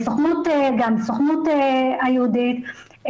גם הסוכנות היהודית,